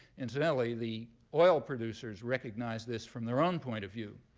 incidentally, the oil producers recognize this from their own point of view.